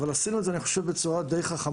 אני חושב שעשינו את זה בצורה יותר חכמה.